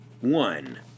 one